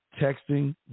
Texting